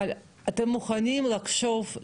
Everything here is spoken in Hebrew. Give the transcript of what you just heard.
אבל אתם מוכנים לחשוב,